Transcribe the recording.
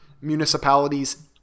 municipalities